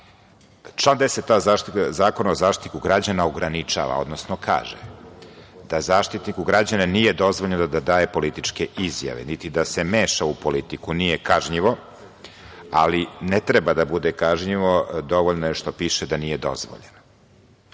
član 10a Zakona o Zaštitniku građana ograničava, odnosno kaže da Zaštitniku građana nije dozvoljeno da daje političke izjave, niti da se meša u politiku. Nije kažnjivo, ne treba da bude kažnjivo, dovoljno je što piše da nije dozvoljeno.